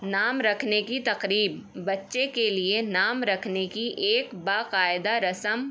نام رکھنے کی تقریب بچے کے لیے نام رکھنے کی ایک باقاعدہ رسم